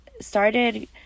started